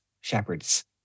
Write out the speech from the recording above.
shepherds